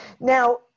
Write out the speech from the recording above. Now